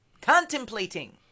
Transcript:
Contemplating